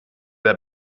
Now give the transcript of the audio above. der